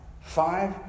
Five